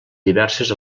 diverses